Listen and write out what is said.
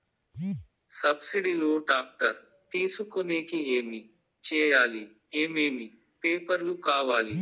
Subsidy లో tractor తీసుకొనేకి ఏమి చేయాలి? ఏమేమి పేపర్లు కావాలి?